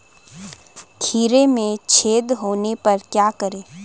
खीरे में छेद होने पर क्या करें?